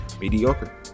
mediocre